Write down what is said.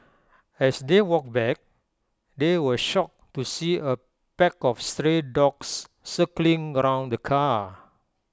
as they walked back they were shocked to see A pack of stray dogs circling around the car